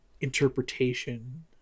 interpretation